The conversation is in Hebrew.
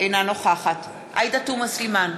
אינה נוכחת עאידה תומא סלימאן,